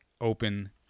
open